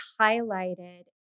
highlighted